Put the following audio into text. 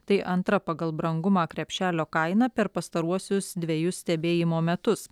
tai antra pagal brangumą krepšelio kaina per pastaruosius dvejus stebėjimo metus